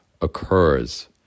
occurs